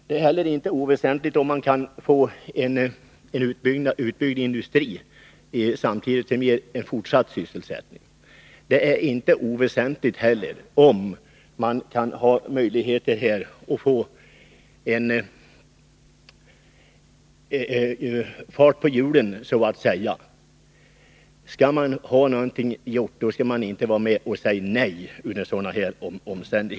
Det är inte heller oväsentligt om man samtidigt kan få en utbyggd industri som ger fortsatt sysselsättning, som så att säga sätter fart på hjulen. Skall man få någonting gjort, får man inte säga nej till de möjligheter som erbjuds.